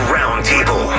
Roundtable